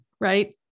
right